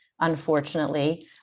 unfortunately